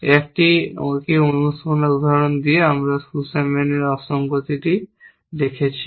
এই একই উদাহরণ দিয়ে আমরা সুসম্যানের অসঙ্গতিটি দেখছি